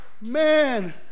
man